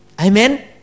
Amen